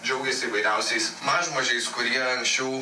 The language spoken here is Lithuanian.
džiaugiasi įvairiausiais mažmožiais kurie anksčiau